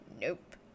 nope